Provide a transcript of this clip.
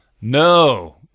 No